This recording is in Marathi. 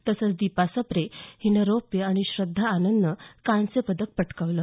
तसंच दीपा सप्रे हिनं रौप्य आणि श्रद्धा आनंदनं कांस्यपदक पटकावलं